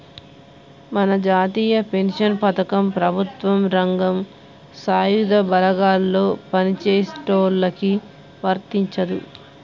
మన జాతీయ పెన్షన్ పథకం ప్రభుత్వ రంగం సాయుధ బలగాల్లో పని చేసేటోళ్ళకి వర్తించదు